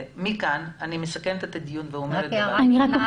מכאן אני מסכמת את הדיון -- הערה קטנה: